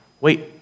wait